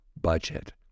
budget